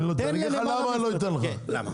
אני אגיד לך למה אני לא אתן לך -- למה?